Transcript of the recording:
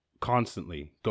constantly